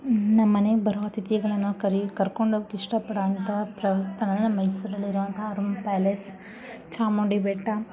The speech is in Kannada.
ನಮ್ಮನೆಗೆ ಬರೋ ಅಥಿತಿಗಳನ್ನ ಕರೀ ಕರ್ಕೊಂಡೋಗೋಕ್ಕೆ ಇಷ್ಟಪಡುವಂಥ ಪ್ರವಾಸಿ ತಾಣ ಅಂತ ಅಂದ್ರೆ ಮೈಸೂರಲ್ಲಿರುವಂಥ ಅರಮನೆ ಪ್ಯಾಲೇಸ್ ಚಾಮುಂಡಿ ಬೆಟ್ಟ